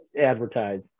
advertise